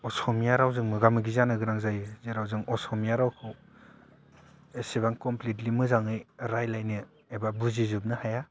असमिया रावजों मोगा मोगि जानो गोनां जायो जेराव जों असमिया रावखौ एसेबां कमप्लितलि मोजाङै रायलायनो एबा बुजिजोबनो हाया